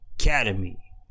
Academy